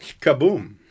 Kaboom